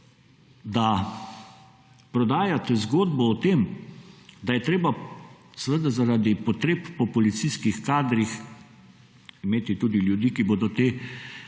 da prodajate zgodbo o tem, da je treba seveda zaradi potreb po policijskih kadrih imeti tudi ljudi, ki bodo te